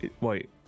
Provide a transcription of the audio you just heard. Wait